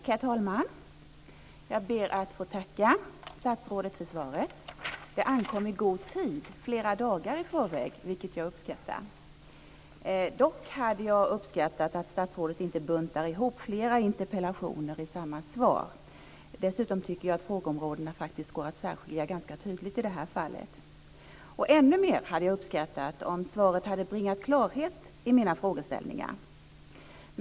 Herr talman! Jag ber att få tacka statsrådet för svaret. Det ankom i god tid, flera dagar i förväg, vilket jag uppskattar. Dock hade jag uppskattat om statsrådet inte hade buntat ihop flera interpellationer i samma svar. Dessutom tycker jag att frågeområdena går att särskilja ganska tydligt i det här fallet. Ännu mer hade jag uppskattat om svaret hade bringat klarhet i mina frågeställningar.